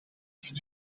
dit